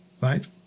right